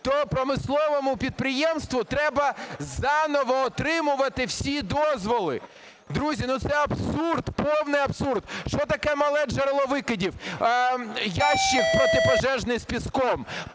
то промисловому підприємству треба заново отримувати всі дозволи. Друзі, ну це абсурд! Повний абсурд. Що таке мале джерело викидів? Ящик протипожежний з піском,